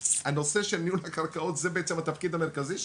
הנושא של ניהול קרקעות זה בעצם התפקיד המרכזי שלה.